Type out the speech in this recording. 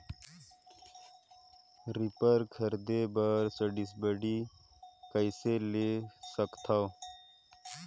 Reaper खरीदे बर subsidy कइसे ले सकथव?